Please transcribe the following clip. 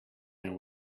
and